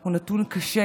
הוא נתון קשה,